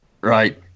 Right